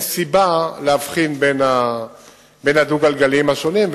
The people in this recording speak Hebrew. סיבה להבחין בין הדו-גלגליים השונים,